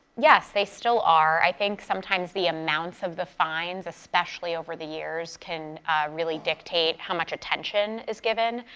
yes, they still are. i think sometimes the amounts of the fines, especially over the years, can really dictate how much attention is given.